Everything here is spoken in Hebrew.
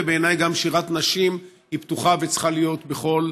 ובעיניי גם שירת נשים היא פתוחה וצריכה להיות בכל